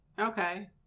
Okay